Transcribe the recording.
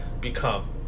become